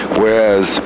whereas